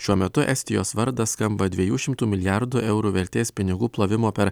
šiuo metu estijos vardas skamba dviejų šimtų milijardų eurų vertės pinigų plovimo per